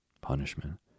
punishment